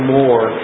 more